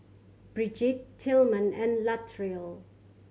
Brigitte Tilman and Latrell